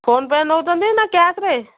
phone ପେରେ ନେଉଛନ୍ତି ନା କ୍ୟାସ୍ରେ